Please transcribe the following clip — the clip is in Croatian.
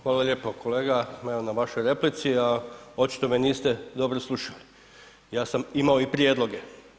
Hvala lijepo kolega, evo na vašoj replici, a očito me niste dobro slušali, ja sam imao i prijedloge.